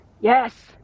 Yes